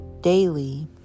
daily